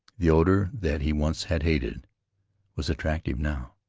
the odor that he once had hated was attractive now.